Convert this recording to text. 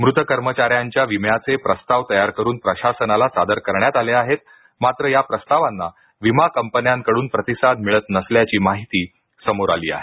मृत कर्मचाऱ्यांच्या विम्याचे प्रस्ताव तयार करून प्रशासनाला सादर करण्यात आले आहेत मात्र या प्रस्तावांना विमा कंपन्यांकडून प्रतिसाद मिळत नसल्याची माहिती समोर आली आहे